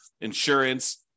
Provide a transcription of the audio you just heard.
insurance